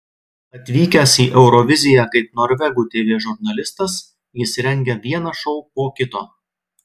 atvykęs į euroviziją kaip norvegų tv žurnalistas jis rengia vieną šou po kito